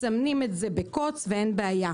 מסמנים את זה בקוץ ואין בעיה.